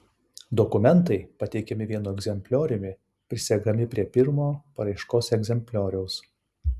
dokumentai pateikiami vienu egzemplioriumi prisegami prie pirmo paraiškos egzemplioriaus